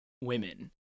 women